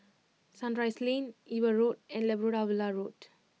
Sunrise Lane Eber Road and Labrador Villa Road